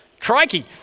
Crikey